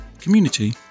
community